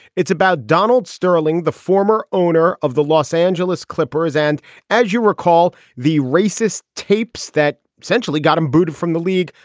it's about donald sterling the former owner of the los angeles clippers and as you recall the racist tapes that essentially got him booted from the league.